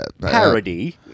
Parody